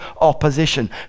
opposition